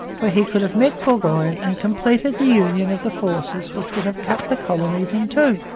where he could have met burgoyne and completed the union of the forces which would have cut the colonies in two.